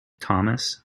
thomas